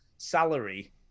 salary